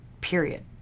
period